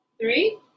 Three